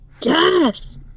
yes